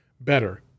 better